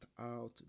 out